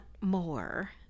more